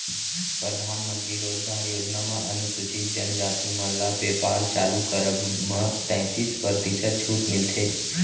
परधानमंतरी रोजगार योजना म अनुसूचित जनजाति मन ल बेपार चालू करब म तैतीस परतिसत छूट मिलथे